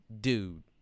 dude